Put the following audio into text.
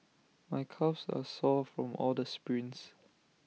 my calves are sore from all the sprints